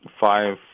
five